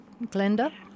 Glenda